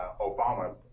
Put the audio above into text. Obama